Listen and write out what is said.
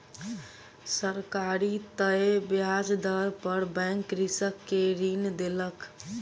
सरकारी तय ब्याज दर पर बैंक कृषक के ऋण देलक